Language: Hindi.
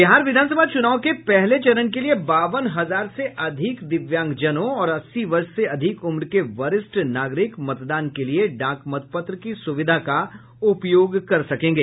बिहार विधानसभा चुनाव के पहले चरण के लिए बावन हजार से अधिक दिव्यांगजनों और अस्सी वर्ष से अधिक उम्र के वरिष्ठ नागरिक मतदान के लिए डाक मतपत्र की सुविधा का उपयोग कर सकेंगे